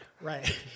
Right